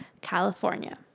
California